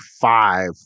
five